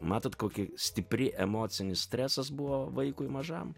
matot koki stipri emocinis stresas buvo vaikui mažam